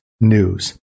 News